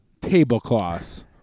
tablecloths